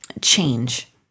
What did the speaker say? change